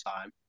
time